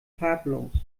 farblos